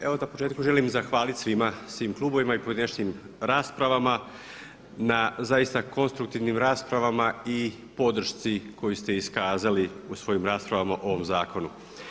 Evo odmah na početku želim zahvaliti svima, svim klubovima i pojedinačnim raspravama na zaista konstruktivnim raspravama i podršci koju ste izrazili u svojim raspravama o ovome zakonu.